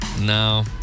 No